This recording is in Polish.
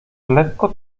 lekko